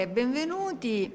benvenuti